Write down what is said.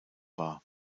war